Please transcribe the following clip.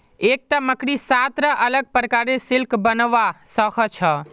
एकता मकड़ी सात रा अलग प्रकारेर सिल्क बनव्वा स ख छ